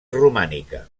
romànica